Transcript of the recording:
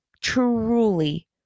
truly